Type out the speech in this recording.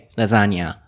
lasagna